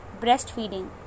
breastfeeding